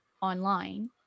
online